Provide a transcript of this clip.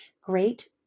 great